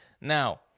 Now